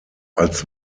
als